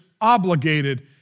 obligated